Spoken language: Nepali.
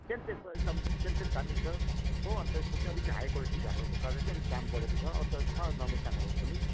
सेन्टमा एकदम सेन्टेड दामी छ हो अन्त यसको चाहिँ अलिक हाई क्वालिटी भएको अब कारण चाहिँ अलिक दाम बढेको छ अरू त छ नर्मल चामलहरू पनि